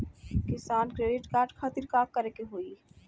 किसान credit card खातिर का करे के होई?